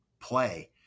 play